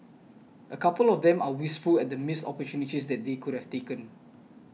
a couple of them are wistful at the missed opportunities that they could have taken